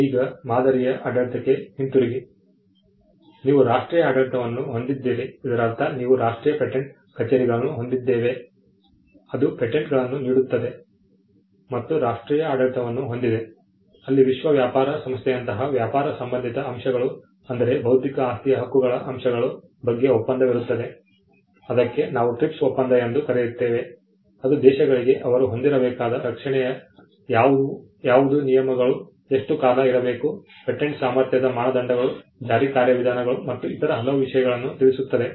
ಈಗ ಮಾದರಿಯ ಆಡಳಿತಕ್ಕೆ ಹಿಂತಿರುಗಿ ನೀವು ರಾಷ್ಟ್ರೀಯ ಆಡಳಿತವನ್ನು ಹೊಂದಿದ್ದೀರಿ ಇದರರ್ಥ ನಾವು ರಾಷ್ಟ್ರೀಯ ಪೇಟೆಂಟ್ ಕಚೇರಿಗಳನ್ನು ಹೊಂದಿದ್ದೇವೆ ಅದು ಪೇಟೆಂಟ್ಗಳನ್ನು ನೀಡುತ್ತದೆ ಮತ್ತು ಅಂತರರಾಷ್ಟ್ರೀಯ ಆಡಳಿತವನ್ನು ಹೊಂದಿದೆ ಅಲ್ಲಿ ವಿಶ್ವ ವ್ಯಾಪಾರ ಸಂಸ್ಥೆಯಂತಹ ವ್ಯಾಪಾರ ಸಂಬಂಧಿತ ಅಂಶಗಳು ಅಂದರೆ ಬೌದ್ಧಿಕ ಆಸ್ತಿಯ ಹಕ್ಕುಗಳ ಅಂಶಗಳ ಬಗ್ಗೆ ಒಪ್ಪಂದವಿರುತ್ತದೆ ಅದಕ್ಕೆ ನಾವು TRIPS ಒಪ್ಪಂದ ಎಂದು ಕರೆಯುತ್ತೇವೆ ಅದು ದೇಶಗಳಿಗೆ ಅವರು ಹೊಂದಿರಬೇಕಾದ ರಕ್ಷಣೆಯ ಗುಣಮಟ್ಟ ಯಾವುದು ನಿಯಮಗಳು ಎಷ್ಟು ಕಾಲ ಇರಬೇಕು ಪೇಟೆಂಟ್ ಸಾಮರ್ಥ್ಯದ ಮಾನದಂಡಗಳು ಜಾರಿ ಕಾರ್ಯವಿಧಾನಗಳು ಮತ್ತು ಇತರ ಹಲವು ವಿಷಯಗಳನ್ನು ತಿಳಿಸುತ್ತದೆ